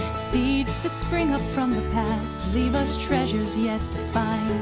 seeds that spring up from the past leave us treasures yet to find.